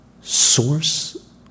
source